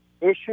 issue